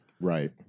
right